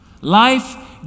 life